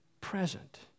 present